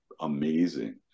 amazing